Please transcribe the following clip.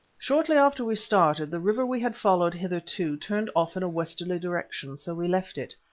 shortly after we started, the river we had followed hitherto turned off in a westerly direction, so we left it.